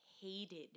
hated